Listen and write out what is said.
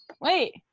wait